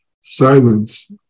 silence